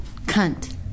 Cunt